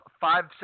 five